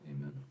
Amen